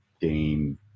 game